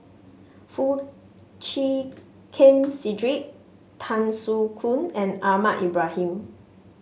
Foo Chee Keng Cedric Tan Soo Khoon and Ahmad Ibrahim